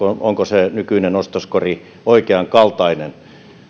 onko se nykyinen ostoskori oikeankaltainen